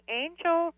angel